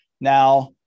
Now